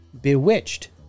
Bewitched